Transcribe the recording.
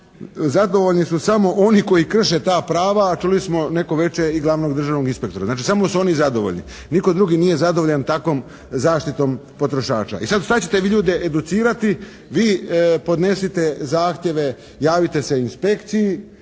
Zadovoljni su samo oni koji krše ta prava, a čuli smo neko veče i glavnog državnog inspektora. Znači samo su oni zadovoljni. Nitko drugi nije zadovoljan takvom zaštitom potrošača. I sad šta ćete vi ljude educirati? Vi podnesite zahtjeve, javite se inspekciji,